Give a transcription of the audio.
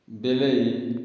ବିଲେଇ